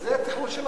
זה תכנון שלכם.